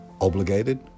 Obligated